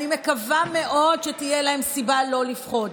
אני מקווה מאוד שתהיה להם סיבה לא לפחד.